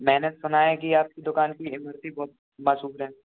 मैंने सुना है कि आपकी दुकान की इमरती बहुत मशहूर है